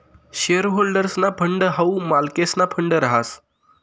share होल्डर्सना fund हाऊ मालकेसना फंड रहास